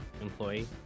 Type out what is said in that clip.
Employee